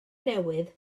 newydd